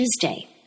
Tuesday